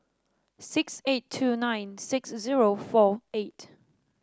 six eight two nine six zero four eight